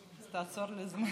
אז תעצור לי את הזמן.